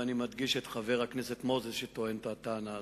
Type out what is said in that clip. ואני מדגיש שחבר הכנסת מוזס טוען את הטענה הזאת.